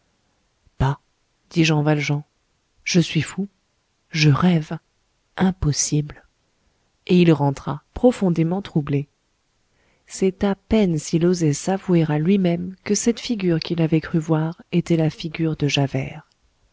dit jean valjean je suis fou je rêve impossible et il rentra profondément troublé c'est à peine s'il osait s'avouer à lui-même que cette figure qu'il avait cru voir était la figure de javert